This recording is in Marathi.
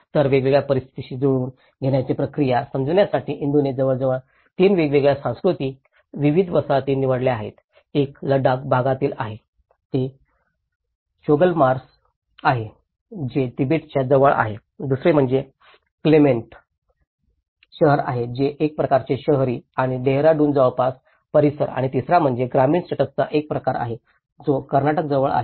तर वेगवेगळ्या परिस्थितीशी जुळवून घेण्याची प्रक्रिया समजण्यासाठी इंदूने जवळजवळ 3 वेगवेगळ्या सांस्कृतिक विविध वसाहती निवडल्या आहेत एक लडाख भागात आहे ते चोगलमसर आहे जे तिबेटच्या जवळ आहे दुसरे म्हणजे क्लेमेंट शहर आहे जे एक प्रकारचे शहरी आहे देहरादून जवळचा परिसर आणि तिसरा म्हणजे ग्रामीण सेटअपचा एक प्रकार आहे जो कर्नाटक जवळ आहे